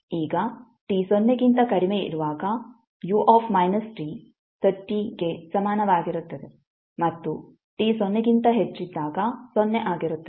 ಈಗ t ಸೊನ್ನೆಗಿಂತ ಕಡಿಮೆ ಇರುವಾಗ 30 ಕ್ಕೆ ಸಮಾನವಾಗಿರುತ್ತದೆ ಮತ್ತು t ಸೊನ್ನೆಗಿಂತ ಹೆಚ್ಚಿದಾಗ ಸೊನ್ನೆ ಆಗಿರುತ್ತದೆ